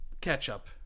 Ketchup